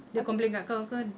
dia complain kat kau ke